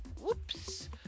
whoops